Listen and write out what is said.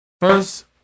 first